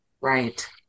Right